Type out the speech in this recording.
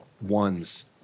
ones